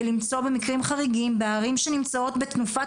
ולמצוא במקרים חריגים בערים שנמצאות בתנופת